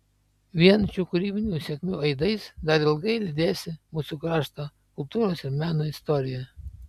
vien šių kūrybinių sėkmių aidais dar ilgai lydėsi mūsų krašto kultūros ir meno istoriją